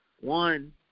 one